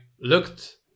looked